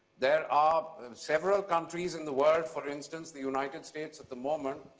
there are several countries in the world, for instance the united states at the moment,